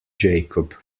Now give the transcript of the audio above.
jacob